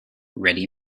ready